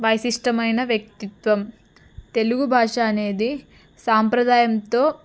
వైశిష్టమైన వ్యక్తిత్వం తెలుగు భాష అనేది సాంప్రదాయంతో